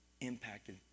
impacted